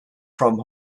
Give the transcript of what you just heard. from